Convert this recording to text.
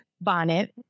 bonnet